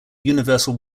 universal